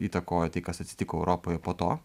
įtakojo tai kas atsitiko europoj po to